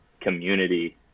community